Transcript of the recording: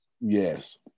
Yes